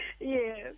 Yes